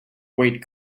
wait